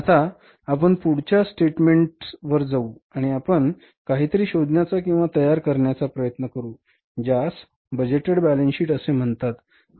आता आपण पुढच्या स्टेटमेंट वर जाऊ आणि आपण काहीतरी शोधण्याचा किंवा तयार करण्याचा प्रयत्न करू ज्यास बजेटेड बॅलन्स शीट असे म्हणतात